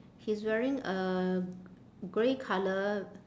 he's wearing a grey colour